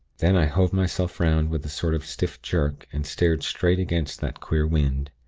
then i hove myself round with a sort of stiff jerk, and stared straight against that queer wind.